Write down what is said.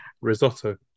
risotto